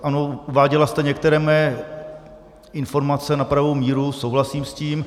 Ano, uváděla jste některé mé informace na pravou míru, souhlasím s tím.